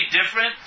different